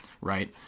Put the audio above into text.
Right